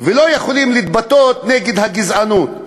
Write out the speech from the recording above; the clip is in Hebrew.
ולא יכולים להתבטא נגד הגזענות,